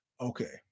okay